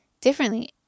differently